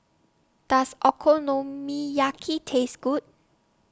Does Okonomiyaki Taste Good